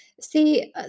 See